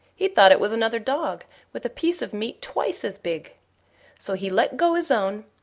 he thought it was another dog with a piece of meat twice as big so he let go his own,